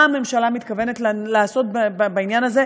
מה הממשלה מתכוונת לעשות בעניין הזה.